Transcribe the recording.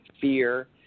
fear